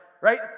right